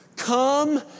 Come